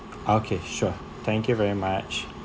okay sure thank you very much